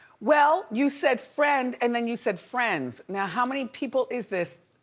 well, you said friend and then you said friends. now, how many people is this?